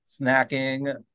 snacking